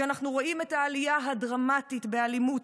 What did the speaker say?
כשאנחנו רואים את העלייה הדרמטית באלימות,